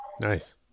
nice